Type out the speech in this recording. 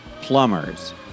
Plumbers